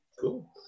Cool